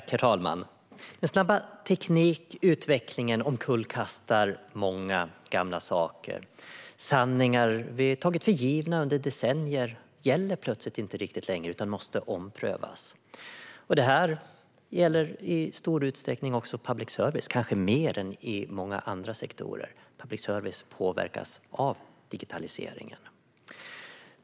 Herr talman! Den snabba teknikutvecklingen omkullkastar många gamla saker. Sanningar vi har tagit för givna under decennier gäller plötsligt inte riktigt längre utan måste omprövas. Detta gäller i stor utsträckning också public service, kanske mer än många andra sektorer. Public service påverkas av digitaliseringen.